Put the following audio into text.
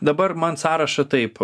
dabar man sąrašą taip